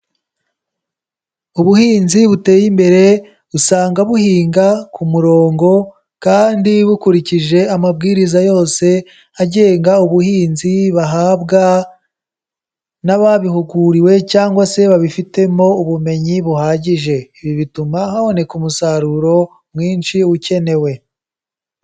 Ubuhinzi buteye imbere usanga buhinga ku murongo kandi bukurikije amabwiriza yose agenga ubuhinzi bahabwa n'ababihuguriwe cyangwa se babifitemo ubumenyi buhagije, ibi bituma haboneka umusaruro mwinshi ukenewe.